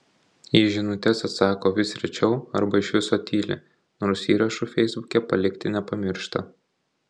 į žinutes atsako vis rečiau arba iš viso tyli nors įrašų feisbuke palikti nepamiršta